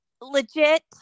legit